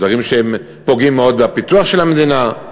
דברים שפוגעים מאוד בפיתוח של המדינה,